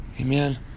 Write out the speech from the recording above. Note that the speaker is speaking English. amen